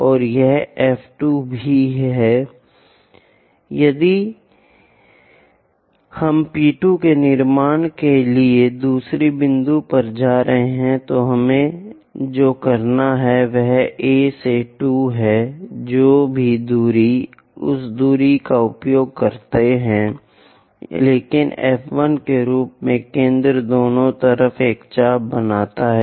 अब यदि हम P 2 के निर्माण के लिए दूसरे बिंदु पर जा रहे हैं तो हमें जो करना है वह A से 2 है जो भी दूरी उस दूरी का उपयोग करता है लेकिन F 1 के रूप में केंद्र दोनों तरफ एक चाप बनाता है